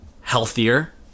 healthier